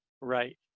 Right